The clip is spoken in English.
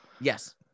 Yes